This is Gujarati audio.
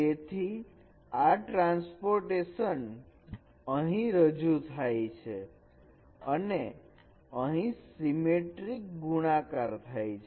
તેથી આ ટ્રાન્સપોર્ટેશન અહીં રજૂ થાય છે અને અહીં સીમેટ્રિક ગુણાકાર થાય છે